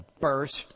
burst